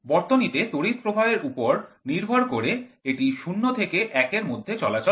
বর্তনীতে তড়িৎ প্রবাহের উপর নির্ভর করে এটি ০ থেকে ১ এর মধ্যে চলাচল করে